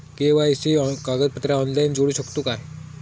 KYC कागदपत्रा online जोडू शकतू का?